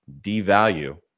devalue